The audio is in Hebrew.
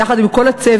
יחד עם כל הצוות,